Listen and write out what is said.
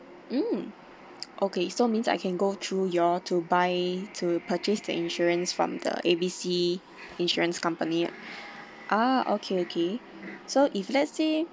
mm okay so means I can go through you all to buy to purchase the insurance from the A B C insurance company ah okay okay so if let's say